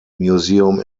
museum